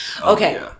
Okay